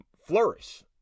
flourish